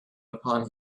upon